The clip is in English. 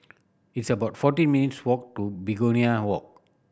it's about forty minutes' walk to Begonia Walk